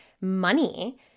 money